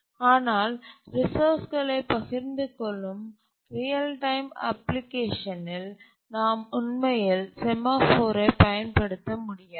ஆனால் ரிசோர்ஸ் ளை பகிர்ந்து கொள்ளும் ரியல் டைம் அப்ளிகேஷன் ல் நாம் உண்மையில் செமாஃபோரைப் பயன்படுத்த முடியாது